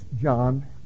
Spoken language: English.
John